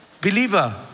believer